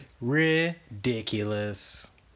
ridiculous